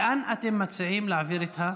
לאן אתם מציעים להעביר את ההצעה?